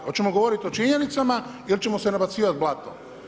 Hoćemo govoriti o činjenicama ili ćemo se nabacivati blatom?